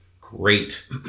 great